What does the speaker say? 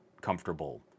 comfortable